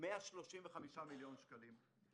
135 מיליון שקלים,